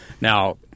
Now